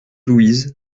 louise